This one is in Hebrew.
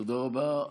תודה רבה.